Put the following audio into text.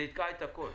זה יתקע את הכול,